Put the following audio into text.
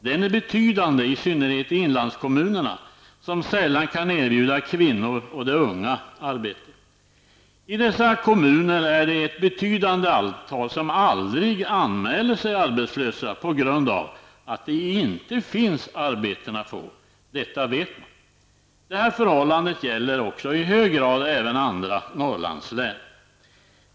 Den är betydande, i synnerhet i inlandskommunerna, som sällan kan erbjuda kvinnor och de unga arbete. I dessa kommuner är det ett betydande antal människor som aldrig anmäler sig arbetslösa på grund av att det inte finns arbeten att få. Detta vet man. Detta förhållande gäller i hög grad också andra Norrlandslän.